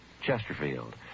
Chesterfield